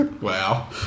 Wow